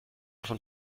von